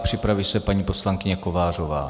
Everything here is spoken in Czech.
Připraví se paní poslankyně Kovářová.